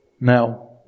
Now